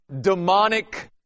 demonic